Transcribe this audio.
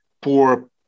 poor